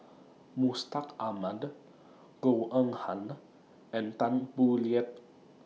Mustaq Ahmad Goh Eng Han and Tan Boo Liat